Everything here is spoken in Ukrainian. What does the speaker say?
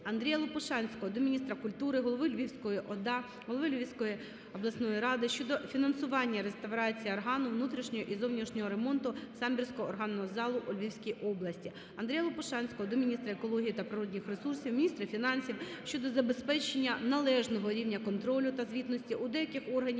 Андрія Лопушанського до міністра культури України, голови Львівської ОДА, голови Львівської обласної ради щодо фінансування реставрації органу, внутрішнього і зовнішнього ремонту Самбірського органного залу у Львівській області. Андрія Лопушанського до міністра екології та природних ресурсів України, міністра фінансів щодо забезпечення належного рівня контролю та звітності у деяких органів...